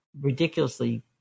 ridiculously